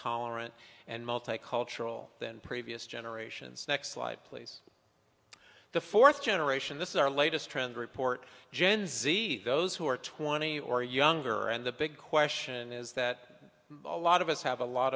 tolerant and multicultural than previous generations next slide please the fourth generation this is our latest trend report gens those who are twenty or younger and the big question is that a lot of us have a lot